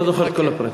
לא זוכר את כל הפרטים.